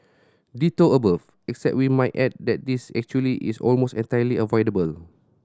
ditto above except we might add that this actually is almost entirely avoidable